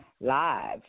live